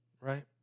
right